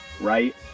right